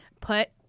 put